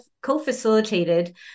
co-facilitated